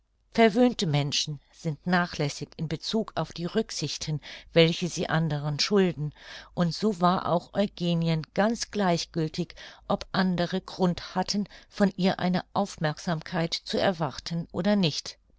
verwöhnte menschen sind nachlässig in bezug auf die rücksichten welche sie anderen schulden und so war es auch eugenien ganz gleichgültig ob andere grund hatten von ihr eine aufmerksamkeit zu erwarten oder nicht